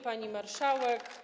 Pani Marszałek!